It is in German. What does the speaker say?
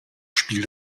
spiel